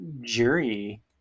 jury